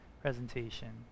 presentation